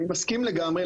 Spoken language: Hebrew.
אני מסכים לגמרי,